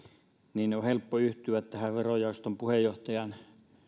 niin on helppo yhtyä tähän verojaoston puheenjohtajan